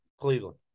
Cleveland